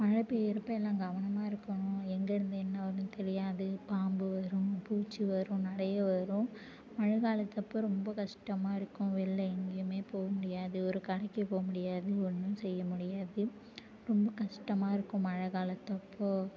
மழை பெய்கிறப்போ எல்லாம் கவனமாக இருக்கணும் எங்கேருந்து என்ன வருதுன்னு தெரியாது பாம்பு வரும் பூச்சி வரும் நிறைய வரும் மழை காலத்தப்போது ரொம்ப கஷ்டமாக இருக்கும் வெளில எங்கேயுமே போக முடியாது ஒரு கடைக்கு போக முடியாது ஒன்றும் செய்ய முடியாது ரொம்ப கஷ்டமாக இருக்கும் மழை காலத்தப்போது